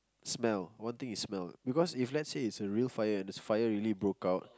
smell one thing is smell because if let's say it's a real fire and the fire really broke out